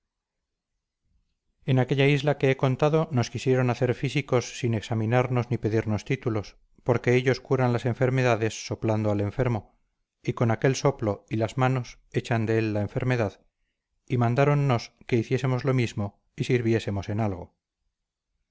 en aquella isla que he contado nos quisieron hacer físicos sin examinarnos ni pedirnos títulos porque ellos curan las enfermedades soplando al enfermo y con aquel soplo y las manos echan de él la enfermedad y mandáronnos que hiciésemos lo mismo y sirviésemos en algo